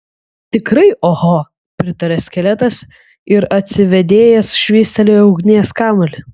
tikrai oho pritarė skeletas ir atsivėdėjęs švystelėjo ugnies kamuolį